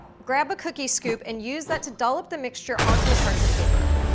grab a cookie scoop, and use that to dollop the mixture on to the parchment paper.